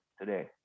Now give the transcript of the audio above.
today